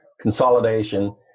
consolidation